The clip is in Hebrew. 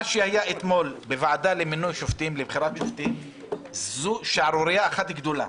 מה שהיה אתמול בוועדה לבחירת שופטים זו שערורייה אחת גדולה,